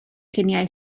lluniau